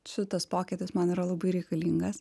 šitas pokytis man yra labai reikalingas